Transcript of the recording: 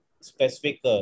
specific